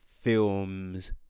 films